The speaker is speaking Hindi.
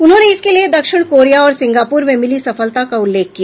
उन्होंने इसके लिए दक्षिण कोरिया और सिंगापूर में मिली सफलता का उल्लेख किया